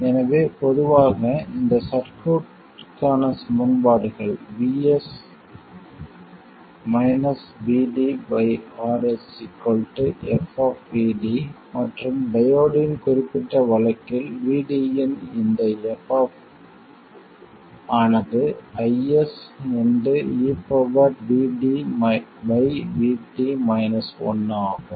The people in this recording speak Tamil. எனவே பொதுவாக இந்த சர்க்யூட்க்கான சமன்பாடுகள் R f மற்றும் டையோடின் குறிப்பிட்ட வழக்கில் VD இன் இந்த f ஆனது IS ஆகும்